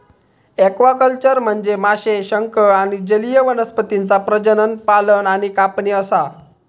aquaculture म्हनजे माशे, शंख आणि जलीय वनस्पतींचा प्रजनन, पालन आणि कापणी असा